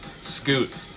Scoot